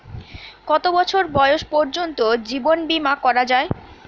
কত বছর বয়স পর্জন্ত জীবন বিমা করা য়ায়?